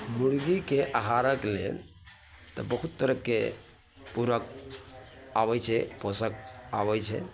मुर्गी के आहारक लेल तऽ बहुत तरहके पूरक आबै छै पोषक आबै छै